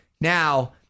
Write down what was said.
Now